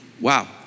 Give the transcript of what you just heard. Wow